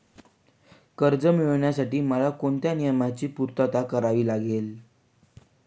कर्ज मिळविण्यासाठी मला कोणत्या नियमांची पूर्तता करावी लागेल?